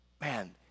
man